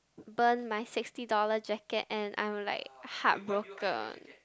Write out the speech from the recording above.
burn my sixty dollar jacket and I am like heartbroken